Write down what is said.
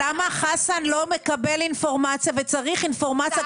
למה חסן לא מקבל אינפורמציה וצריך אינפורמציה,